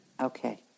Okay